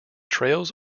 trails